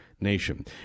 Nation